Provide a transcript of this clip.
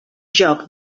joc